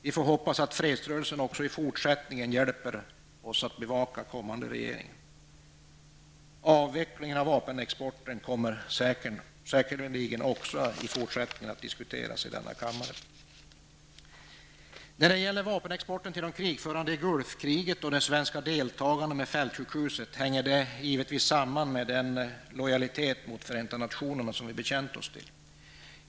Vi får hoppas att fredsrörelsen även i fortsättningen hjälper oss att bevaka framtida regeringar. Avvecklingen av vapenexporten kommer säkerligen också att diskuteras i fortsättningen i denna kammare. Gulfkriget och det svenska deltagandet med fältsjukhuset hänger givetvis samman med den lojalitet med Förenta nationerna som vi har bekännt oss till.